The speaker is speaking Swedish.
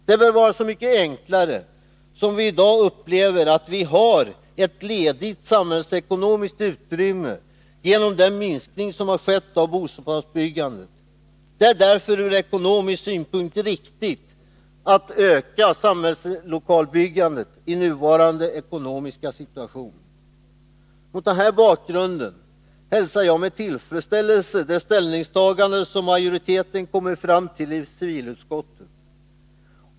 Det bör vara så mycket enklare som vii dag upplever att vi har ett outnyttjat samhällsekonomiskt utrymme genom den minskning av bostadsbyggandet som har skett. Det är därför ur ekonomisk synpunkt riktigt att öka samlingslokalbyggandet i nuvarande ekonomiska situation. Mot den här bakgrunden hälsar jag med tillfredsställelse det ställningstagande som majoriteten i civilutskottet kommit fram till.